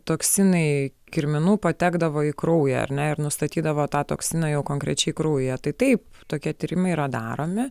toksinai kirminų patekdavo į kraują ar ne ir nustatydavo tą toksiną jau konkrečiai kraujyje tai taip tokie tyrimai yra daromi